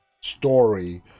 story